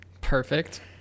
Perfect